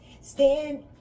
stand